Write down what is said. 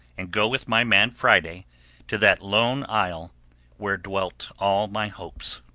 and go with my man friday to that lone isle where dwelt all my hopes.